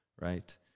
Right